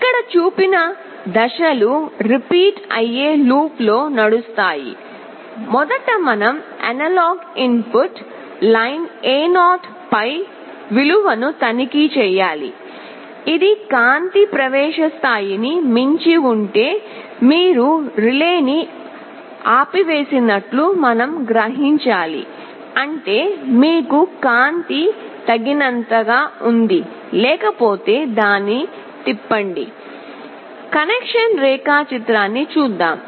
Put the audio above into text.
ఇక్కడ చూపిన దశలు రిపీట్ అయ్యే లూప్లో నడుస్తాయి మొదట మనం అనలాగ్ ఇన్పుట్ లైన్ A0 పై విలువను తనిఖీ చేయాలి ఇది కాంతి ప్రవేశ స్థాయిని మించి ఉంటే మీరు రిలేను ఆపివేసినట్లు మనం గ్రహించాలి అంటే మీకు కాంతి తగినంత ఉంది లేకపోతే దాన్ని తిప్పండి కనెక్షన్ రేఖాచిత్రాన్ని చూద్దాం